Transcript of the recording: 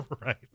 Right